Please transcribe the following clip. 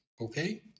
okay